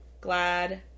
Glad